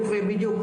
בדיוק,